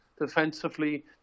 defensively